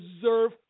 deserve